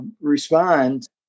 respond